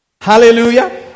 Hallelujah